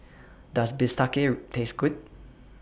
Does Bistake Taste Good